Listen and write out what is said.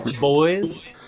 boys